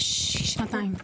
שנתיים.